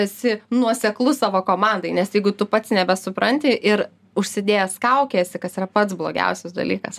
esi nuoseklus savo komandai nes jeigu tu pats nebesupranti ir užsidėjęs kaukę esi kas yra pats blogiausias dalykas